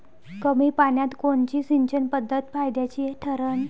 कमी पान्यात कोनची सिंचन पद्धत फायद्याची ठरन?